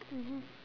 mmhmm